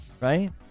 Right